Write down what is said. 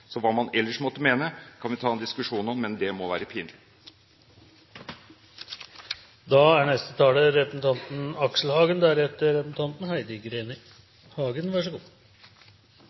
Så hva man ellers måtte mene, kan vi ta en diskusjon om, men det må være